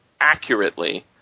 accurately